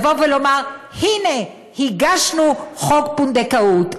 הוא בא ואומר: הנה, הגשנו חוק פונדקאות.